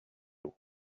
eau